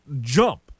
jump